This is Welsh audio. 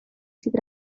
sydd